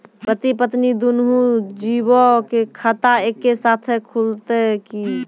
पति पत्नी दुनहु जीबो के खाता एक्के साथै खुलते की?